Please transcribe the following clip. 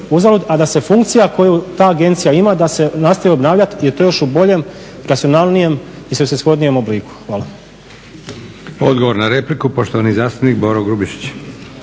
a da se funkcija koju ta agencija ima da se nastoji obnavljati i to u još boljem, racionalnijem i svrsishodnijem obliku. Hvala. **Leko, Josip (SDP)** Odgovor na repliku, poštovani zastupnik Boro Grubišić.